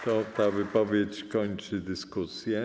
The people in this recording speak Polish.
Ta wypowiedź kończy dyskusję.